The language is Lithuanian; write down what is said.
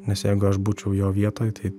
nes jeigu aš būčiau jo vietoj tai